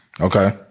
Okay